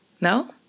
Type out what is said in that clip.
No